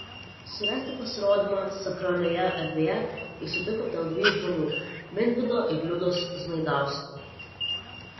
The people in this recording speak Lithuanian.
surengti pasirodymą sakralioje erdvėje jis sutiko dėl dviejų žmonių minvydo ir liudos znaidauskų